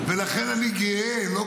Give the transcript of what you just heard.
ולכן אני גאה --- למה אתה כועס?